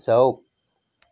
যাওক